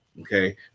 Okay